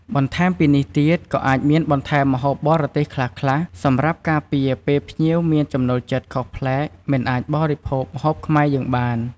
បន្ថែមពីនេះទៀតក៏អាចមានបន្ថែមម្ហូបបរទេសខ្លះៗ សម្រាប់ការពារពេលភ្ញៀវមានចំណូលចិត្តខុសប្លែកមិនអាចបរិភោគម្ហូបខ្មែរយើងបាន។